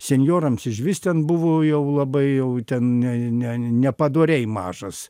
senjorams ižvis ten buvo jau labai jau ten ne ne nepadoriai mažas